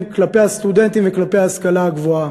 כלפי הסטודנטים וכלפי ההשכלה הגבוהה.